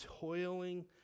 toiling